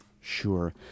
Sure